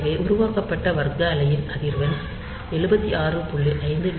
எனவே உருவாக்கப்பட்ட வர்க்க அலையின் அதிர்வெண் 76